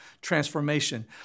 transformation